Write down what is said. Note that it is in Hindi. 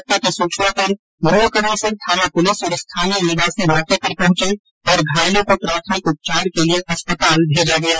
घटना की सूचना पर लूणकरणसर थाना पुलिस और स्थानीय निवासी मौके पर पहुंचे और घायलो को प्राथमिक उपचार के लिये अस्पताल भेजा गया